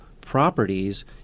properties